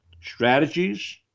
strategies